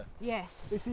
Yes